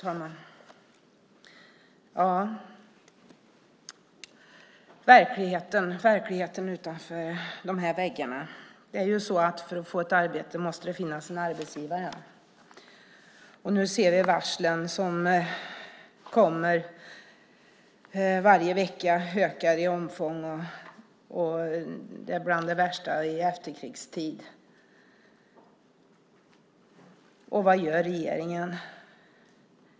Fru talman! Det handlar om verkligheten utanför de här väggarna. Det är ju så att för att man ska kunna få ett arbete måste det finnas en arbetsgivare. Nu ser vi varslen som kommer varje vecka, ökar i omfång och är bland de värsta i efterkrigstid. Och vad gör regeringen?